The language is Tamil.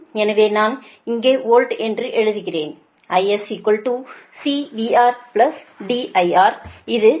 எனவே நான் இங்கே வோல்ட் என்று எழுதுகிறேன் IS C VR D IR இது ஆம்பியர்